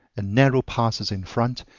and narrow passes in front,